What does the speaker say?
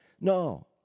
No